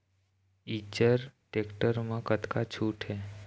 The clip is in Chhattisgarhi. इच्चर टेक्टर म कतका छूट हे?